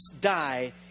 die